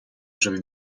żeby